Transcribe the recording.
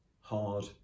hard